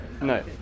No